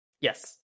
Yes